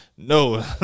No